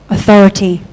Authority